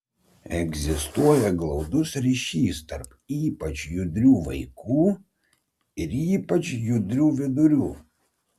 egzistuoja glaudus ryšys tarp ypač judrių vaikų ir ypač judrių vidurių